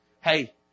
Hey